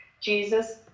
Jesus